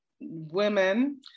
women